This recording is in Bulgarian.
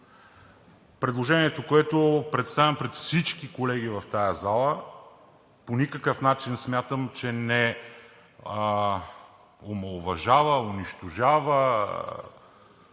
Предложението, което представям пред всички колеги в тази зала, по никакъв начин, смятам, че не омаловажава, унищожава,